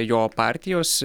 jo partijos